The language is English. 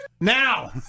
Now